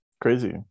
crazy